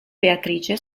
beatrice